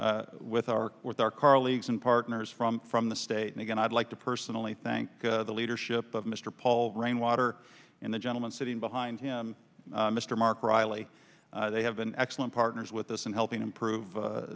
with our with our car leagues and partners from from the state and again i'd like to personally thank the leadership of mr paul rainwater and the gentleman sitting behind him mr mark riley they have been excellent partners with us in helping improve